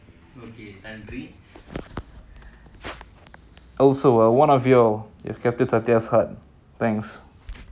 okay going back to the spirituality story right um eh no going back to the